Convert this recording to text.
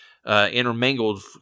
Intermingled